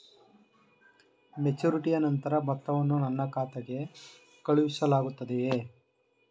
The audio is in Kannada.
ಮೆಚುರಿಟಿಯ ನಂತರ ಮೊತ್ತವನ್ನು ನನ್ನ ಖಾತೆಗೆ ಕಳುಹಿಸಲಾಗುತ್ತದೆಯೇ?